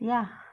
ya